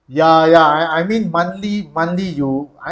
ya ya I I mean monthly monthly you I